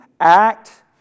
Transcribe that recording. act